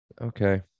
Okay